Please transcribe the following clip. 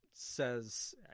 says